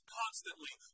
constantly